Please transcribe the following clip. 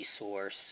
resource